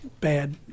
bad